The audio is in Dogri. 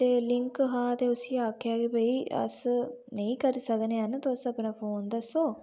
लिंक हा ते उस्सी आखेआ कि अस नेईं करी सकनेआं तुस अपना फोन दस्सो